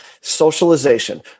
socialization